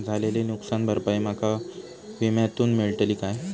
झालेली नुकसान भरपाई माका विम्यातून मेळतली काय?